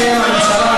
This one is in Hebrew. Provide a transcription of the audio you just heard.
בשם הממשלה,